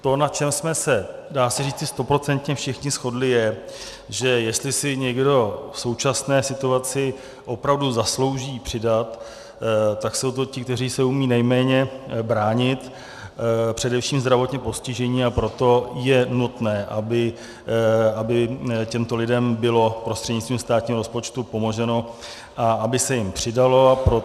To, na čem jsme se dá se říci stoprocentně všichni shodli, je, že jestli si někdo v současné situaci opravdu zaslouží přidat, tak jsou to ti, kteří se umějí nejméně bránit, především zdravotně postižení, a proto je nutné, aby těmto lidem bylo prostřednictvím státního rozpočtu pomoženo a aby se jim přidalo.